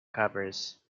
covers